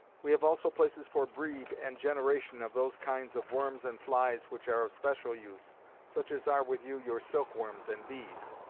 we have also places for breed and generation of those kinds of worms and flies which are of special use such as are with you your silk-worms and bees.